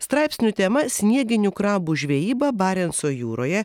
straipsnių tema snieginių krabų žvejyba barenco jūroje